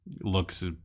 looks